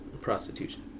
prostitution